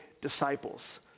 disciples